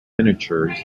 miniatures